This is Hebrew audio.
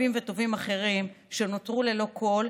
ורבים וטובים אחרים שנותרו ללא כול,